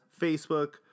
Facebook